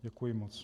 Děkuji moc.